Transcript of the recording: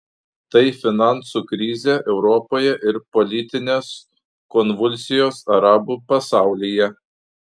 tai finansų krizė europoje ir politinės konvulsijos arabų pasaulyje